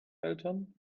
eltern